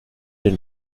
den